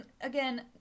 Again